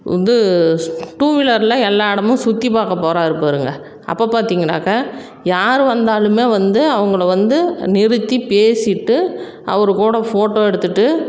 வந்து டூ வீலரில் எல்லா இடமும் சுற்றி பார்க்க போகிறாரு பாருங்கள் அப்போ பார்த்திங்கனாக்க யார் வந்தாலுமே வந்து அவங்களை வந்து நிறுத்திப் பேசிட்டு அவர் கூட ஃபோட்டோ எடுத்துட்டு